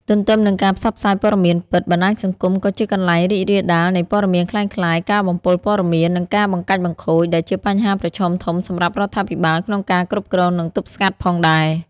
ទន្ទឹមនឹងការផ្សព្វផ្សាយព័ត៌មានពិត បណ្ដាញសង្គមក៏ជាកន្លែងរីករាលដាលនៃព័ត៌មានក្លែងក្លាយ ការបំពុលព័ត៌មាន និងការបង្កាច់បង្ខូច ដែលជាបញ្ហាប្រឈមធំសម្រាប់រដ្ឋាភិបាលក្នុងការគ្រប់គ្រង និងទប់ស្កាត់ផងដែរ។